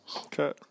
okay